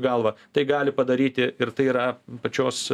galvą tai gali padaryti ir tai yra pačios